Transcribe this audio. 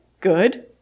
good